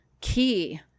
key